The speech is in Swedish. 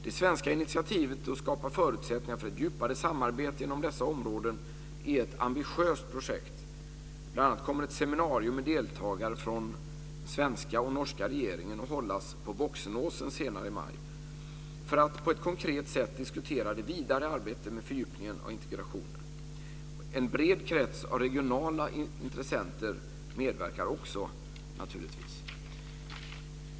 Det svenska initiativet att skapa förutsättningar för ett djupare samarbete inom dessa områden är ett ambitiöst projekt. Bl.a. kommer ett seminarium med deltagare från de svenska och norska regeringarna att hållas på Voksenåsen senare i maj för att på ett konkret sätt diskutera det vidare arbetet med fördjupningen och integrationen. En bred krets av regionala intressenter medverkar naturligtvis också.